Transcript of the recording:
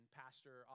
pastor